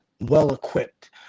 well-equipped